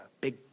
big